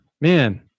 Man